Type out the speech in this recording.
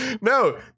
No